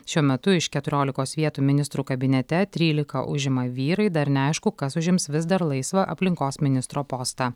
šiuo metu iš keturiolikos vietų ministrų kabinete trylika užima vyrai dar neaišku kas užims vis dar laisvą aplinkos ministro postą